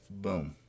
Boom